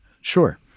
Sure